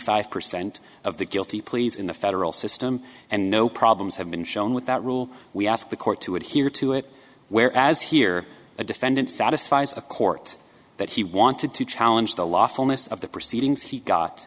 five percent of the guilty pleas in the federal system and no problems have been shown with that rule we ask the court to adhere to it where as here a defendant satisfies a court that he wanted to challenge the lawfulness of the proceedings he got